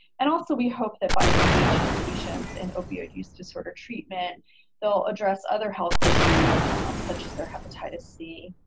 and also we hope that by engaging patients in opioid use disorder treatment they'll address other health issues such as their hepatitis c.